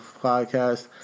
podcast